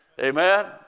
Amen